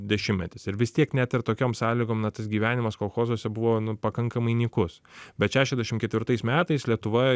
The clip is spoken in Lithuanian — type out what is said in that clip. dešimtmetis ir vis tiek net ir tokiom sąlygom na tas gyvenimas kolchozuose buvo nu pakankamai nykus bet šešiasdešim ketvirtais metais lietuva